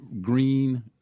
green